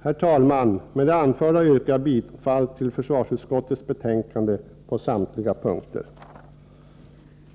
Herr talman! Med det anförda yrkar jag bifall till försvarsutskottets hemställan på samtliga punkter.